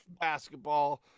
basketball